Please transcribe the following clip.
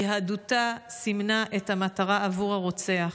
יהדותה סימנה את המטרה עבור הרוצח.